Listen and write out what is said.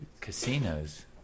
casinos